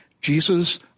Jesus